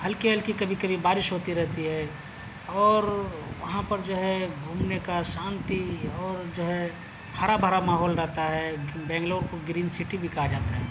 ہلکی ہلکی کبھی کبھی بارش ہوتی رہتی ہے اور وہاں پر جو ہے گھومنے کا شانتی اور جو ہے ہرا بھرا ماحول رہتا ہے بنگلور کو گرین سٹی بھی کہا جاتا ہے